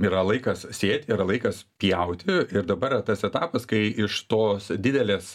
yra laikas sėt yra laikas pjauti ir dabar tas etapas kai iš tos didelės